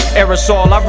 aerosol